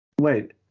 wait